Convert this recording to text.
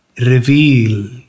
Reveal